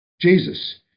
Jesus